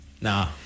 Nah